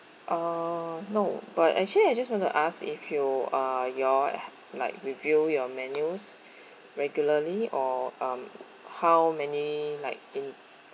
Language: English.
uh no but actually I just want to ask if you are you all h~ like review your menus regularly or um how many like in